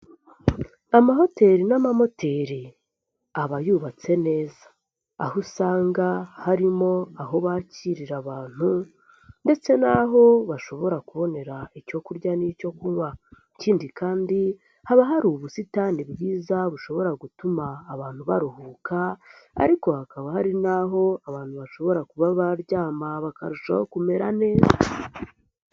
Amahoteli n'amamoteri aba yubatse neza. Aho usanga harimo aho bakirira abantu ndetse n'aho bashobora kubonera icyo kurya n'icyo kunywa. Ikindi kandi haba hari ubusitani bwiza bushobora gutuma abantu baruhuka ariko hakaba hari n'aho abantu bashobora kuba baryama, bakarushaho kumera neza.